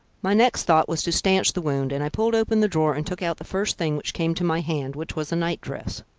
my next thought was to stanch the wound, and i pulled open the drawer and took out the first thing which came to my hand, which was a night-dress.